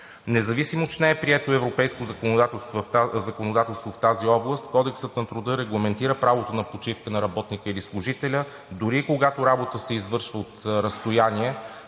Независимо че не е прието европейско законодателство в тази област, Кодексът на труда регламентира правото на почивка на работника или служителя дори когато работата се извършва от разстояние.